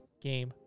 game